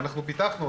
ופיתחנו,